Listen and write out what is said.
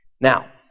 Now